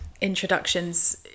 introductions